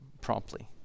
promptly